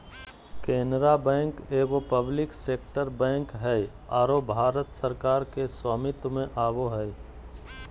Canara bank एगो public sector bank हइ आरो भारत सरकार के स्वामित्व में आवो हइ